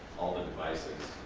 all the devices.